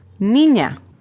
Niña